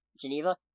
Geneva